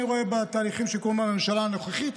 רואה בתהליכים שקורים בממשלה הנוכחית.